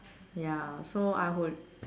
ya so I would